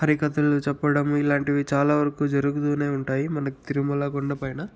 హరికథలు చెప్పడం ఇలాంటివి చాలావరకు జరుగుతూనే ఉంటాయి మనకి తిరుమల కొండపైన